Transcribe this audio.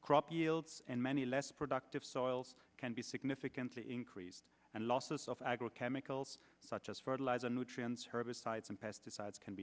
crop yields and many less productive soils can be significantly increased and losses of agro chemicals such as fertilizer nutrients herbicides and pesticides can be